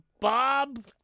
Bob